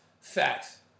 Facts